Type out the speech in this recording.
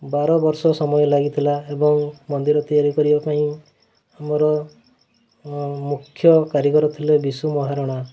ବାର ବର୍ଷ ସମୟ ଲାଗିଥିଲା ଏବଂ ମନ୍ଦିର ତିଆରି କରିବା ପାଇଁ ଆମର ମୁଖ୍ୟ କାରିଗର ଥିଲେ ବିଶୁ ମହାରଣା